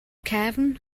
cefn